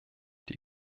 die